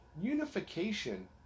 Unification